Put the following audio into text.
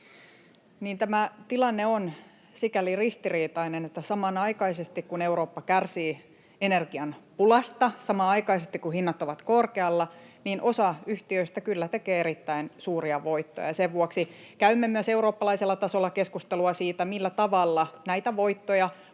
tämä tilanne on sikäli ristiriitainen, että samanaikaisesti, kun Eurooppa kärsii energian pulasta, samanaikaisesti, kun hinnat ovat korkealla, osa yhtiöistä kyllä tekee erittäin suuria voittoja. Sen vuoksi käymme myös eurooppalaisella tasolla keskustelua siitä, millä tavalla näitä voittoja